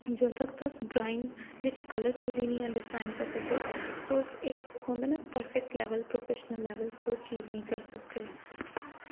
जदूं तक तुस ड्राइंग बिच्च कल्लर थ्यूरी निं अंडरस्टैड़ करी सकगे तुस आखदे ना प्रफैक्ट लैवल प्रोफैशनल लैवल ओह् चीज निं करी सकदे